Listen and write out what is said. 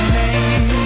name